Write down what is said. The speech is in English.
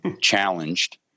challenged